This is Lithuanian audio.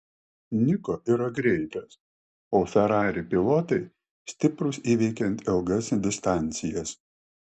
niko yra greitas o ferrari pilotai stiprūs įveikiant ilgas distancijas